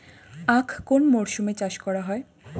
আখ কোন মরশুমে চাষ করা হয়?